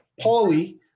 Paulie